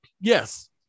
Yes